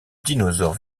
dinosaures